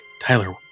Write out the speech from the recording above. tyler